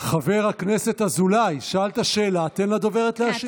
חבר הכנסת אזולאי, שאלת שאלה, תן לדוברת להשיב.